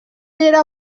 era